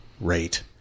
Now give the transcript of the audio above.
rate